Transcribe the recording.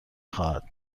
خواهد